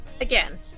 again